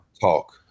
talk